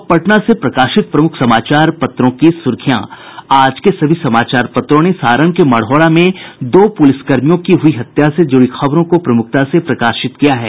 अब पटना से प्रकाशित प्रमुख समाचार पत्रों की सुर्खियां आज के सभी समाचार पत्रों ने सारण के मढ़ौरा में दो पुलिसकर्मियों की हुई हत्या से जुड़ी खबरों को प्रमुखता प्रकाशित किया है